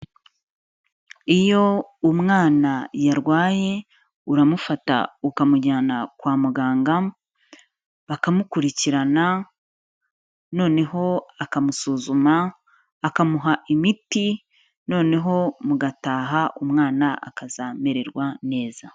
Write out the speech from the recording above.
Iyo umwana yarwaye uramufata ukamujyana kwa muganga, bakamukurikirana noneho akamusuzuma akamuha imiti noneho mugataha umwana akazamererwa neza.